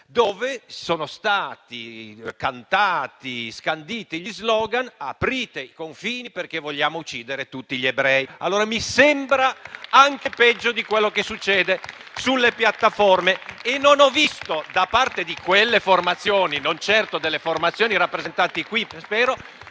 - sono stati cantati e scanditi *slogan* come: «Aprite i confini perché vogliamo uccidere tutti gli ebrei». Questo mi sembra anche peggio di quello che succede sulle piattaforme. E non ho visto da parte di quelle formazioni - non certo quelle rappresentate qui, spero